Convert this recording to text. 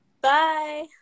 Bye